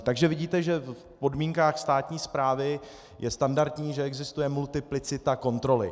Takže vidíte, že v podmínkách státní správy je standardní, že existuje multiplicita kontroly.